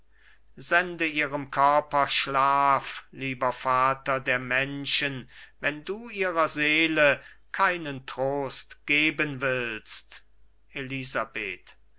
sende ihrem körper schlaf lieber vater der menschen wenn du ihrer seele keinen trost geben willst elisabeth